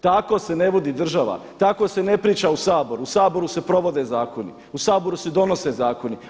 Tako se ne vodi država, tako se ne priča u Saboru, u Saboru se provode zakoni, u Saboru se donose zakoni.